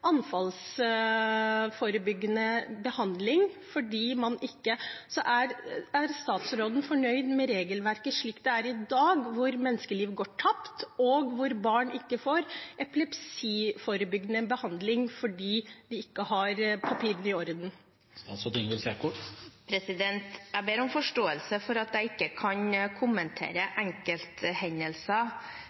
anfallsforebyggende behandling. Er statsråden fornøyd med regelverket slik det er i dag, hvor menneskeliv går tapt, og hvor barn ikke får epilepsiforebyggende behandling fordi de ikke har papirene i orden? Jeg ber om forståelse for at jeg ikke kan kommentere enkelthendelser.